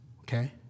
Okay